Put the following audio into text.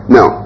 Now